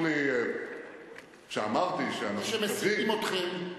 אמרו לי, כשאמרתי שאנחנו מקווים, מי שמסיתים אתכם.